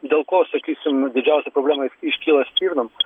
dėl ko sakysim didžiausia problema iškyla stirnom